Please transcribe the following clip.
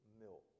milk